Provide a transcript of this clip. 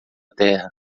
terra